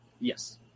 Yes